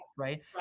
right